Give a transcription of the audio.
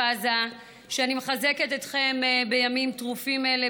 עזה שאני מחזקת אתכם בימים טרופים אלה,